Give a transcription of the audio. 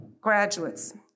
Graduates